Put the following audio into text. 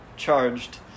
charged